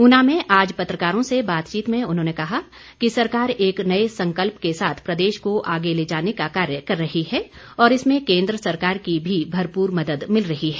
ऊना में आज पत्रकारों से बातचीत में उन्होंने कहा कि सरकार एक नए संकल्प के साथ प्रदेश को आगे ले जाने का कार्य कर रही है और इसमें केन्द्र सरकार की भी भरपूर मदद मिल रही है